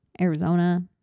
arizona